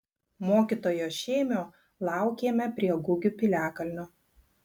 mokytojo šėmio laukėme prie gugių piliakalnio